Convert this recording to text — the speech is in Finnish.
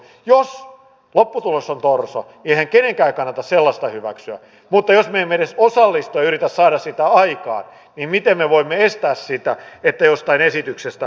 jos lopputulos on torso eihän kenenkään kannata sellaista hyväksyä mutta jos me emme edes osallistu ja yritä saada sitä aikaan niin miten me voimme estää sitä että jostain esityksestä tulisi torso